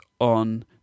on